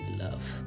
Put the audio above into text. love